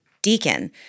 Deacon